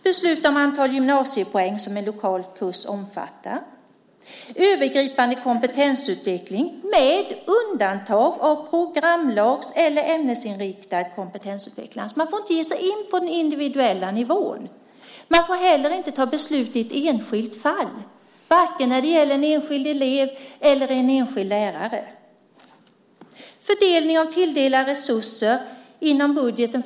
Besluta om antal gymnasiepoäng som en lokal kurs omfattar. Övergripande kompetensutveckling, med undantag av program eller ämnesinriktad kompetensutveckling. Man får inte ge sig in på den individuella nivån. Man får heller inte ta ett beslut i ett enskilt fall, varken när det gäller en enskild elev eller när det gäller en enskild lärare. Fördelning av tilldelade resurser inom budgeten.